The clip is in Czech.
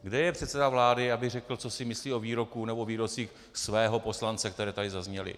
Kde je předseda vlády, aby řekl, co si myslí o výroku nebo výrocích svého poslance, které tady zazněly.